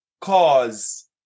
cause